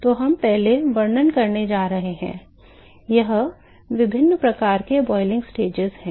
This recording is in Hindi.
तो हम पहले वर्णन करने जा रहे हैं ये विभिन्न प्रकार के क्वथन क्या हैं